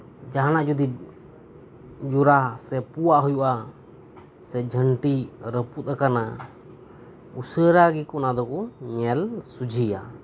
ᱡᱟᱸᱦᱟᱱᱟᱜ ᱡᱩᱫᱤ ᱡᱚᱲᱟ ᱥᱮ ᱯᱳᱣᱟᱜ ᱦᱩᱭᱩᱜᱼᱟ ᱥᱮ ᱡᱷᱟᱱᱴᱤ ᱨᱟᱹᱯᱩᱫ ᱟᱠᱟᱱᱟ ᱩᱥᱟᱹᱨᱟ ᱜᱮᱠᱚ ᱚᱱᱟ ᱫᱚ ᱧᱮᱞ ᱥᱚᱡᱷᱮᱭᱟ